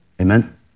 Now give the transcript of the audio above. Amen